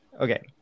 Okay